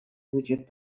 وجود